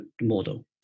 model